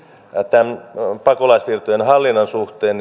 tämän pakolaissiirtojen hallinnan suhteen